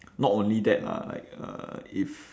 not only that lah like uh if